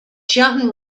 john